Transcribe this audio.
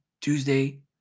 Tuesday